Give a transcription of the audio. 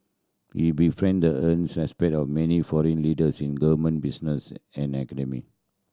he befriended earns respect of many foreign leaders in government business and academia